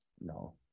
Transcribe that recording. No